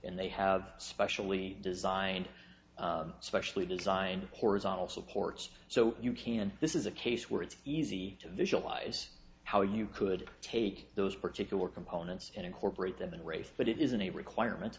and they have specially designed specially designed horizontal supports so you can this is a case where it's easy to visualize how you could take those particular components and incorporate them in a race but it isn't a requirement